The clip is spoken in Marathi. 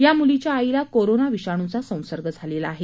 या मुलीच्या आईला कोरोना विषाणूचा संसर्ग झालेला आहे